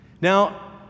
Now